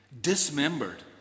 dismembered